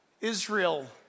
Israel